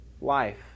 life